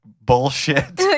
bullshit